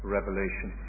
Revelation